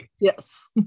Yes